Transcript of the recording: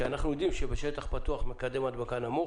שאנחנו יודעים שבשטח פתוח מקדם הדבקה נמוך.